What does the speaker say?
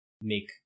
make